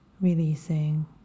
Releasing